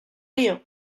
río